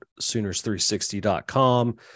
Sooners360.com